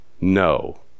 no